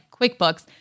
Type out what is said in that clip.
QuickBooks